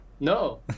No